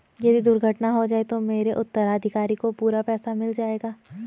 यदि दुर्घटना हो जाये तो मेरे उत्तराधिकारी को पूरा पैसा मिल जाएगा?